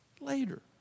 later